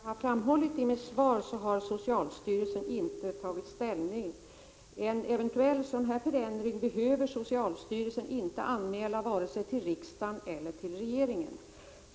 Herr talman! Som jag har framhållit i mitt svar har socialstyrelsen inte tagit ställning. En eventuell förändring behöver socialstyrelsen inte anmäla vare sig till riksdagen eller till regeringen.